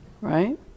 right